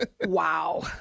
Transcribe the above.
Wow